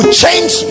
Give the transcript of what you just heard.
change